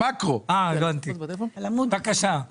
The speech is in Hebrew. איתי,